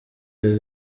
gaga